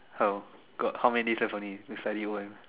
how got how many days left only to study O_M